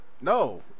no